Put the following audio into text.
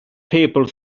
people